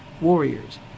Warriors